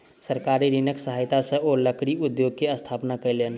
सरकारी ऋणक सहायता सॅ ओ लकड़ी उद्योग के स्थापना कयलैन